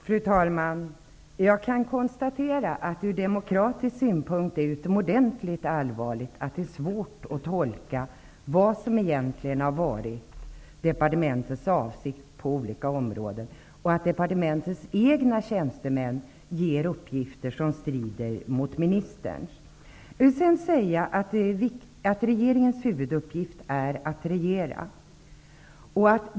Fru talman! Jag kan konstatera att det ur demokratisk synpunkt är utomordentligt allvarligt att det är svårt att tolka vad som egentligen har varit departementets avsikt på olika områden och att departementets egna tjänstemän ger uppgifter som strider mot ministerns. Regeringens huvuduppgift är att regera.